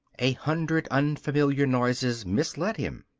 a hundred unfamiliar noises misled him.